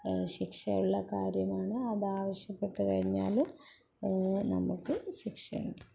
ശിക്ഷയുള്ള കാര്യമാണ് അതാവശ്യപ്പെട്ടു കഴിഞ്ഞാല് നമുക്ക് ശിക്ഷയുണ്ട്